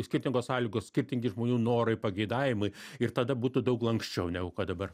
skirtingos sąlygos skirtingi žmonių norai pageidavimai ir tada būtų daug lanksčiau negu kad dabar